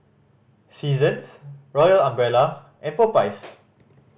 Seasons Royal Umbrella and Popeyes